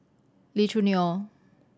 Lee Choo Neo